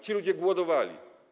Ci ludzie głodowali.